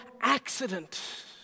accident